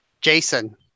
Jason